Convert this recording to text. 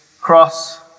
cross